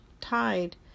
tied